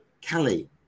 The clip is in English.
Kelly